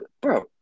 bro